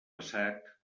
passat